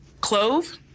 clove